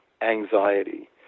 anxiety